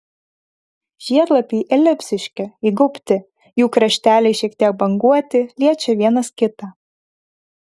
žiedlapiai elipsiški įgaubti jų krašteliai šiek tiek banguoti liečia vienas kitą